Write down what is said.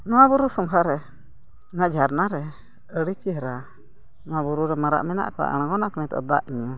ᱱᱚᱣᱟ ᱵᱩᱨᱩ ᱥᱚᱸᱜᱷᱟᱨᱮ ᱱᱚᱣᱟ ᱡᱷᱟᱨᱱᱟ ᱨᱮ ᱟᱹᱰᱤ ᱪᱮᱦᱨᱟ ᱱᱚᱣᱟ ᱵᱩᱨᱩ ᱨᱮ ᱢᱟᱨᱟᱜ ᱢᱮᱱᱟᱜ ᱠᱚᱣᱟ ᱟᱬᱜᱚᱱᱟᱠᱚ ᱱᱤᱛᱚᱜ ᱫᱟᱜ ᱧᱩ